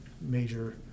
major